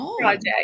project